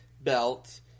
belt